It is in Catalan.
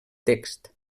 text